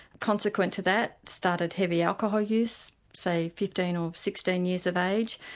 consequent to that started heavy alcohol use say fifteen or sixteen years of age,